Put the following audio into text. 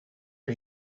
que